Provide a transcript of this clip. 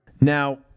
Now